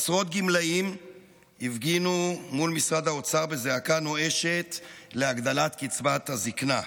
עשרות גמלאים הפגינו מול משרד האוצר בזעקה נואשת להגדלת קצבת הזקנה.